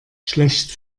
schlecht